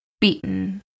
beaten